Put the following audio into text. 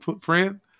friend